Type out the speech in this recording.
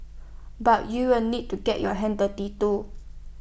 but you will need to get your hands dirty too